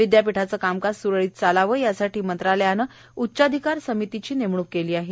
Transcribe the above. विद्यापीठाचं कामकाज सुरळीत चालावं यासाठी मंत्रालयानं उच्चाधिकार समिती नेमली आहे